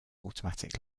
automatic